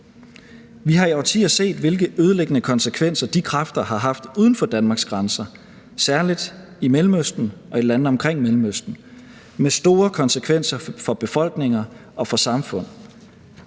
Vi har i årtier set, hvilke ødelæggende konsekvenser de kræfter har haft uden for Danmarks grænser, særlig i Mellemøsten og i landene omkring Mellemøsten, med store konsekvenser for befolkninger og for samfund.